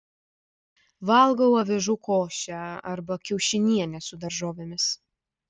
valgau avižų košę arba kiaušinienę su daržovėmis